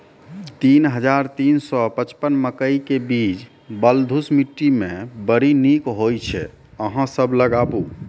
तीन हज़ार तीन सौ पचपन मकई के बीज बलधुस मिट्टी मे बड़ी निक होई छै अहाँ सब लगाबु?